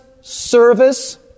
service